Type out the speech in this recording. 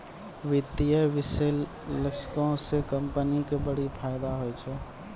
वित्तीय विश्लेषको से कंपनी के बड़ी फायदा होय छै